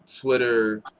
Twitter